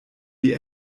die